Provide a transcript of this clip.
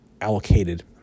allocated